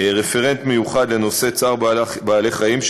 רפרנט מיוחד לנושא צער בעלי-חיים,